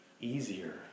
Easier